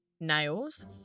Nails